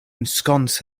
ensconce